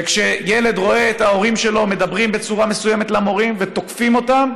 וכשילד רואה את ההורים שלו מדברים בצורה מסוימת למורים ותוקפים אותם,